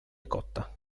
cotta